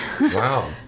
Wow